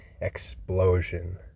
explosion